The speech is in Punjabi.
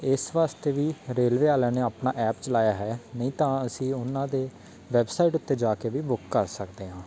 ਇਸ ਵਾਸਤੇ ਵੀ ਰੇਲਵੇ ਵਾਲਿਆਂ ਨੇ ਆਪਣਾ ਐਪ ਚਲਾਇਆ ਹੈ ਨਹੀਂ ਤਾਂ ਅਸੀਂ ਉਹਨਾਂ ਦੇ ਵੈਬਸਾਈਟ ਉੱਤੇ ਜਾ ਕੇ ਵੀ ਬੁੱਕ ਕਰ ਸਕਦੇ ਹਾਂ